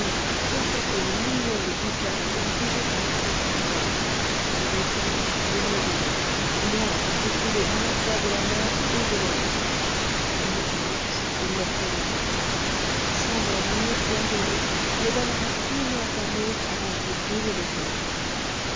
a complété le million de ducats exigé par le comte szandor je vais vivre et mourir moi qui suis privée à la fois de la mort et de la vie in vita mors in morte vita szandor mon époux adoré me donnera une heure d'amour avant de me brûler le coeur